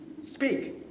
Speak